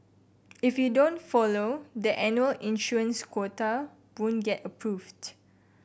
if you don't follow the annual issuance quota won't get approved